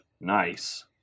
Nice